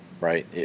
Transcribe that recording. right